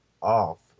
off